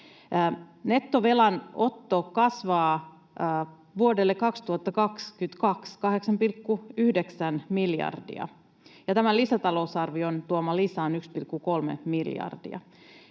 Nettovelanotto kasvaa 8,9 miljardia vuodelle 2022, ja tämän lisätalousarvion tuoma lisä on 1,3 miljardia.